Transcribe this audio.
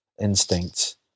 instincts